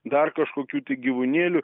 dar kažkokių tai gyvūnėlių